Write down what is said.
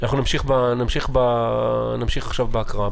נמשיך בהקראה.